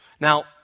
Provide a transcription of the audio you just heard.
Now